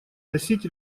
вносить